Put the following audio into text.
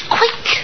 quick